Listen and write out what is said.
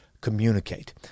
communicate